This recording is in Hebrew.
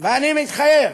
ואני מתחייב